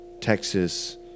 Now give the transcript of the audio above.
Texas